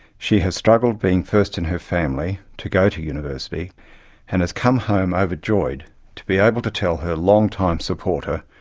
she has struggled being first in her family to go to university and has come home overjoyed to be able to tell her long time supporter,